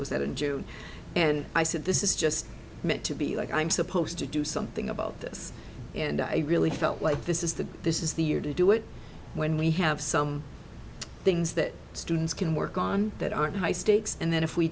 it was that in june and i said this is just meant to be like i'm supposed to do something about this and i really felt like this is the this is the year to do it when we have some things that students can work on that aren't high stakes and then if we